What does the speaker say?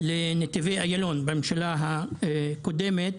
לנתיבי איילון, בממשלה הקודמת,